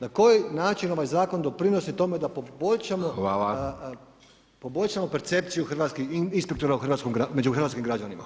Na koji način ovaj zakon doprinosi tome da poboljšamo percepciju hrvatskih inspektora među hrvatskim građanima?